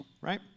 right